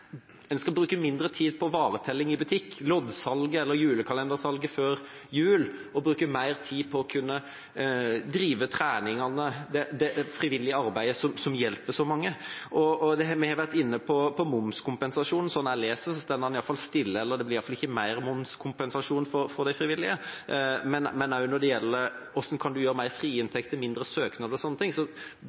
en skal bruke mindre tid på vareopptelling i butikk og loddsalget eller julekalendersalget før jul, og bruke mer tid på å kunne drive treningene, det frivillige arbeidet som hjelper så mange. Vi har vært inne på momskompensasjonen. Slik jeg leser det, står den stille – eller det blir iallfall ikke mer momskompensasjon for de frivillige. Men når det gjelder frie inntekter, mindre søknader og slike ting: Hvordan tenker statsministeren at vi kan legge mer til rette for at enda flere ønsker å være frivillige, og